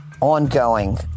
ongoing